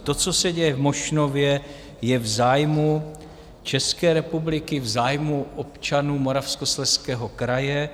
To, co se děje v Mošnově, je v zájmu České republiky, v zájmu občanů Moravskoslezského kraje.